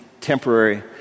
temporary